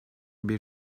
bir